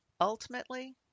Ultimately